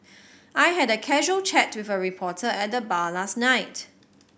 I had a casual chat with a reporter at the bar last night